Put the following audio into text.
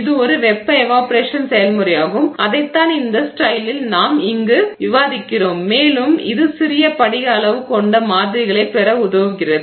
இது ஒரு வெப்ப எவாப்பொரேஷன் செயல்முறையாகும் அதைத்தான் இந்த ஸ்லைடில் நாம் இங்கு விவரித்திருக்கிறோம் மேலும் இது சிறிய படிக அளவு கொண்ட மாதிரிகளைப் பெற உதவுகிறது